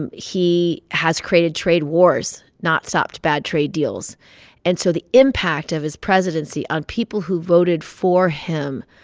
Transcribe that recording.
and he has created trade wars, not stopped bad trade deals and so the impact of his presidency on people who voted for him,